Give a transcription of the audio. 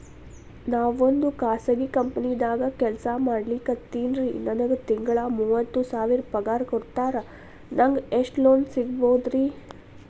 ನಾವೊಂದು ಖಾಸಗಿ ಕಂಪನಿದಾಗ ಕೆಲ್ಸ ಮಾಡ್ಲಿಕತ್ತಿನ್ರಿ, ನನಗೆ ತಿಂಗಳ ಮೂವತ್ತು ಸಾವಿರ ಪಗಾರ್ ಕೊಡ್ತಾರ, ನಂಗ್ ಎಷ್ಟು ಲೋನ್ ಸಿಗಬೋದ ರಿ?